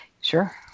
Sure